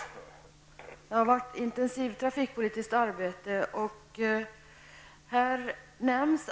Men det har varit ett intensivt trafikpolitiskt arbete.